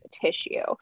tissue